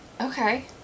Okay